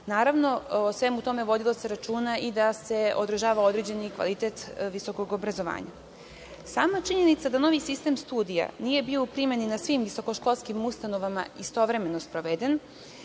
Naravno, o svemu tome vodilo se računa i da se održava određeni kvalitet visokog obrazovanja. Sama činjenica da novi sistem studija nije bio u primeni na svim visokoškolskim ustanovama istovremeno sproveden